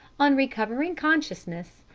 on recovering consciousness,